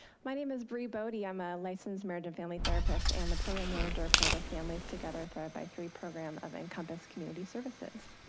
my name is bree bowdie. i'm a licensed marriage and family therapist and the program manager for the families together thrive by three program of encompass community services.